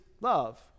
love